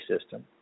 system